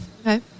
Okay